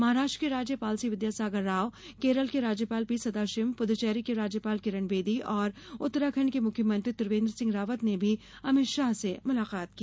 महाराष्ट्र के राज्य पाल सी विद्यासागर राव केरल के राज्यपाल पी सदाशिवम पुद्चैरी की राज्यपाल किरण वेदी और उत्तराखण्ड के मुख्यमंत्री त्रिवेंद्र सिंह रावत ने भी अमित शाह से मुलाकात की